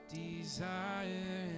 desire